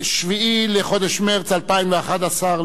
7 בחודש מרס 2011 למניינם.